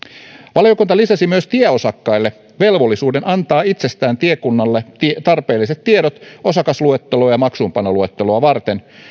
valiokunta lisäsi tieosakkaille myös velvollisuuden antaa itsestään tiekunnalle tarpeelliset tiedot osakasluetteloa ja maksuunpanoluetteloa varten